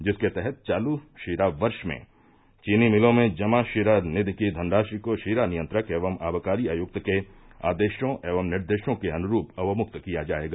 जिसके तहत चालू शीरा वर्ष में चीनी मिलों में जमा शीरा निधि की धनराशि को शीरा नियंत्रक एवं आबकारी आयुक्त के आदेशों एवं निर्देशों के अनुरूप अवमुक्त किया जायेगा